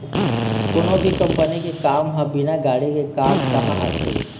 कोनो भी कंपनी के काम ह बिना गाड़ी के काम काँहा होथे